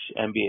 NBA